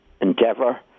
endeavour